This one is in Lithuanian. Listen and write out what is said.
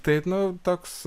tai nu toks